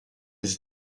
les